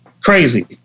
Crazy